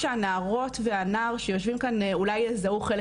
שהנערות והנער שיושבים כאן אולי יזהו חלק